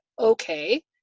okay